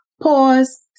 pause